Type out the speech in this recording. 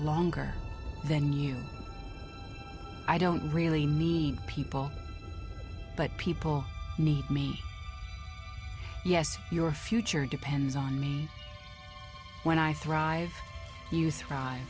longer than you i don't really need people but people need me yes your future depends on me when i thrive you t